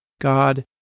God